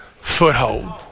foothold